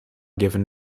given